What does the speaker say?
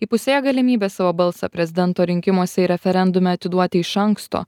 įpusėjo galimybė savo balsą prezidento rinkimuose ir referendume atiduoti iš anksto